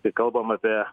kai kalbam apie